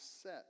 set